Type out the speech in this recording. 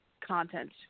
content